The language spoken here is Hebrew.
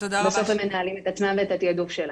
בסוף הם מנהלים את עצמם ואת התיעדוף שלהם.